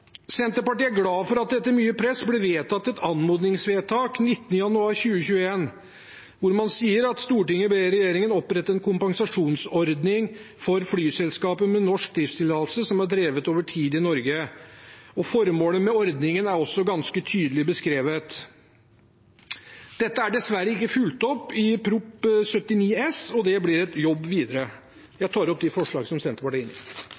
Senterpartiet er glad for at det etter mye press ble fattet et anmodningsvedtak den 19 januar 2021, hvor det bl.a. sto: «Stortinget ber regjeringen opprette en kompensasjonsordning for flyselskaper med norsk driftstillatelse som har drevet over tid i Norge.» Formålet med ordningen er også ganske tydelig beskrevet. Dette har dessverre ikke blitt fulgt opp i Prop. 79 S for 2020–2021, og det blir en jobb i det videre.